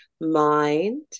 mind